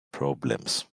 problems